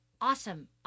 awesome